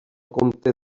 comte